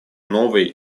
новой